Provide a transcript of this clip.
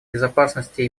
безопасности